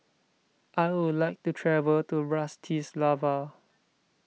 I would like to travel to Bratislava